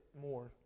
more